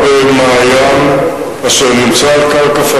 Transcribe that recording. אבל אם התשובות טובות אתה לא צריך להלין על כך,